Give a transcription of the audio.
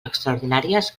extraordinàries